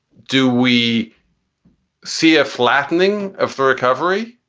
do we see a flattening of the recovery,